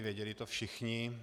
Věděli to všichni.